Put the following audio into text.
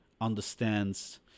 understands